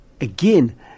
again